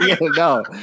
No